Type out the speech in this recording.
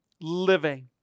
living